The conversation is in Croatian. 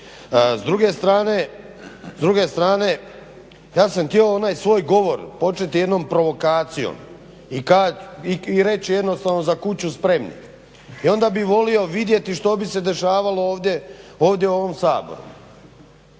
S druge strane ja sam htio onaj svoj govor početi jednom provokacijom i reći jednostavno za kuću spremni. I onda bih volio vidjeti što bi se dešavalo ovdje u ovom Saboru.